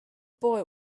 boy